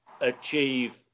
achieve